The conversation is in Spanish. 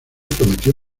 prometió